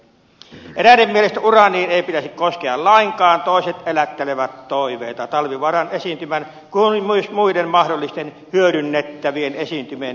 eräiden mielestä uraaniin ei pitäisi koskea lainkaan toiset elättelevät toiveita talvivaaran esiintymän kuin myös muiden mahdollisten hyödynnettävien esiintymien laajemmastakin hyödyntämisestä ja jopa vientiin